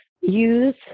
use